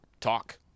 talk